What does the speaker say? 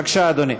בבקשה, אדוני.